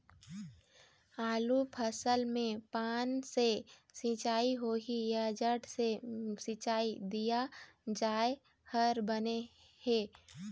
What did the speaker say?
आलू फसल मे पान से सिचाई होही या जड़ से सिचाई दिया जाय हर बने हे?